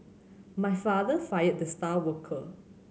my father fired the star worker